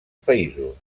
països